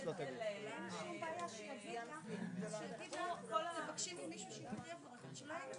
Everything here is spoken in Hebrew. או שגם אפשר יהיה לבקש באיזושהי צורה של